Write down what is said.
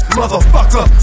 motherfucker